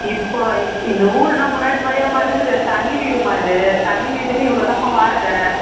இப்போது இந்த ஊர் என்ன முன்னாடி மாதிரியாம்மா இருக்குது தனி வீடும்மா இது தனி வீட்டுக்கு இவ்வளோதாம்மா வாடகை